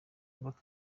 nibwo